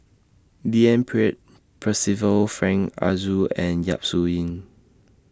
D N Pritt Percival Frank Aroozoo and Yap Su Yin